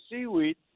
seaweed